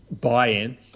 buy-in